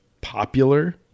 popular